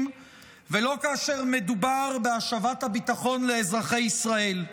ולא כאשר מדובר בהשבת הביטחון לאזרחי ישראל.